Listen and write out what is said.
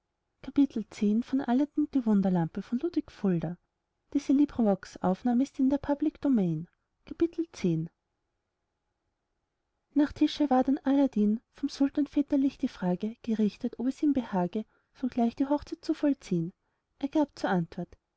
nach tische ward an aladdin vom sultan väterlich die frage gerichtet ob es ihm behage sogleich die hochzeit zu vollziehn er gab zur antwort